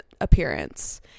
appearance